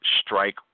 strike